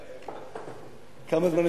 שעה,